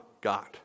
God